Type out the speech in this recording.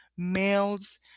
males